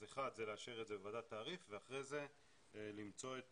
אז אחת זה לאשר את זה בוועדת התעריף ואחרי זה למצוא את